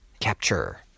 Capture